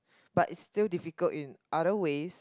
but it's still difficult in other ways